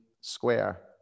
square